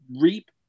reap